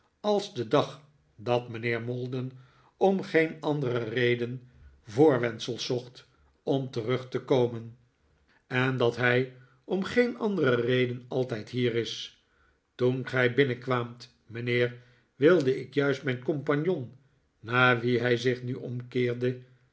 als de dag dat mijnheer maldon om geen andere reden voorwendsels zocht om terug te komen en dat hij om geen andere reden altijd hier is toen gij binnenkwaamt mijnheer wilde ik juist mijn compagnon naar wien hij zich nu omkeerde